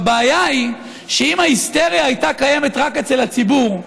הבעיה היא שאם ההיסטריה הייתה קיימת רק אצל הציבור,